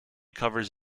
covers